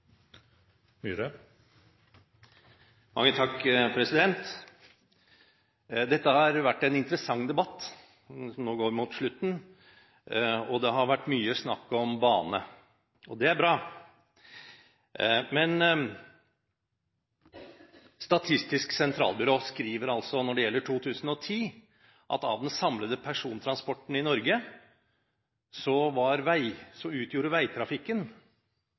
Dette har vært en interessant debatt, som nå går mot slutten. Det har vært mye snakk om bane, og det er bra. Men Statistisk sentralbyrå skriver når det gjelder 2010, at av den samlede persontransporten i Norge,